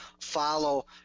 follow